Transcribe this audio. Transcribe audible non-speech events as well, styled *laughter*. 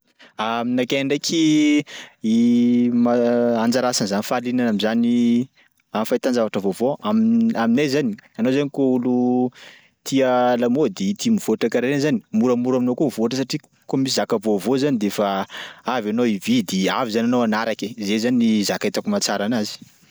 Aminakay ndraiky *hesitation* ma- anjara asan'zany fahalianana am'zany am'fahitan-javatra vaovao am- aminay zany anao zany kô olo tia lamôdy tia mivoatra karaha reny zany, moramora aminao koa mivoatra satria kô misy zaka vaovao zany de fa avy anao ividy avy zany anao anaraka e, zay zany zaka itako matsara anazy.